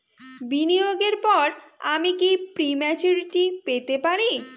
বিনিয়োগের পর আমি কি প্রিম্যচুরিটি পেতে পারি?